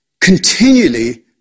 continually